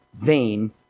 vain